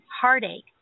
heartache